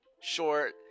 short